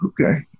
Okay